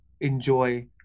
enjoy